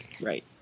Right